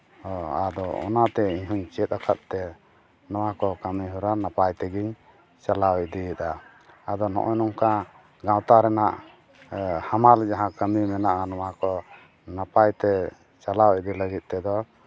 ᱦᱚᱸ ᱟᱫᱚ ᱚᱱᱟᱛᱮ ᱤᱧᱦᱚᱧ ᱪᱮᱫ ᱟᱠᱟᱫᱛᱮ ᱱᱚᱣᱟ ᱠᱚ ᱠᱟᱹᱢᱤᱦᱚᱨᱟ ᱱᱟᱯᱟᱭ ᱛᱮᱜᱮᱧ ᱪᱟᱞᱟᱣ ᱤᱫᱤᱭᱮᱫᱟ ᱟᱫᱚ ᱱᱚᱜᱼᱚᱭ ᱱᱚᱝᱠᱟᱱ ᱜᱟᱶᱛᱟ ᱨᱮᱱᱟᱜ ᱦᱟᱢᱟᱞ ᱡᱟᱦᱟᱸ ᱠᱟᱹᱢᱤ ᱢᱮᱱᱟᱜᱼᱟ ᱱᱚᱣᱟ ᱠᱚ ᱱᱟᱯᱟᱭᱛᱮ ᱪᱟᱞᱟᱣ ᱤᱫᱤ ᱞᱟᱹᱜᱤᱫ ᱛᱮᱫᱚ